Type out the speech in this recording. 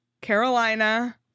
Carolina